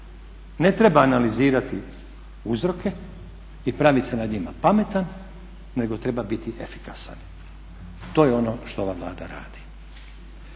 ne treba analizirati uzroke i praviti se nad njima pametan nego treba biti efikasan, to je ono što ova Vlada radi.